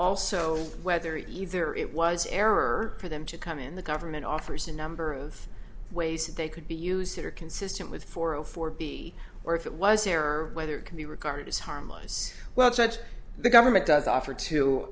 also whether either it was error for them to come in the government offers a number of ways they could be used that are consistent with four o four b or if it was error whether it can be regarded as harmless well judge the government does offer t